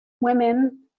women